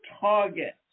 target